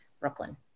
Brooklyn